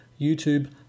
YouTube